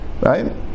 right